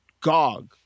GOG